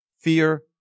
Fear